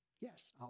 yes